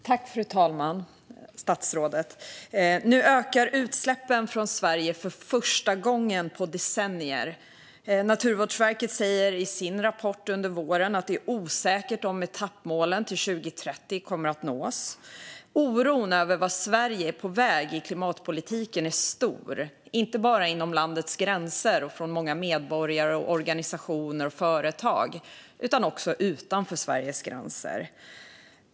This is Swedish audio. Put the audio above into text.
Fru talman och statsrådet! Nu ökar utsläppen från Sverige för första gången på decennier. Naturvårdsverket säger i sin vårrapport att det är osäkert om etappmålen till 2030 kommer att nås. Oron över vart Sverige är på väg i klimatpolitiken är stor, inte bara inom landets gränser hos många medborgare, organisationer och företag utan också utanför Sveriges gränser.